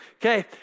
Okay